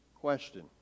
question